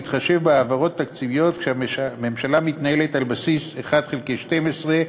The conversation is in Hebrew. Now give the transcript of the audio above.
להתחשב בהעברות תקציביות כשהממשלה מתנהלת על בסיס 1 חלקי 12,